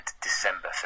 December